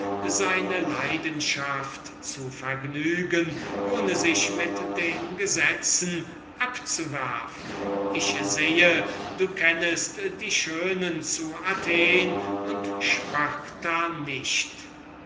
seine leidenschaft zu vergnügen ohne sich mit den gesetzen abzuwerfen ich sehe du kennest die damen zu athen und sparta nicht